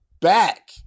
back